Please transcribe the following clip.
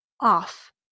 off